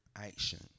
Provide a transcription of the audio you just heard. action